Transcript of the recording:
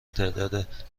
تعداد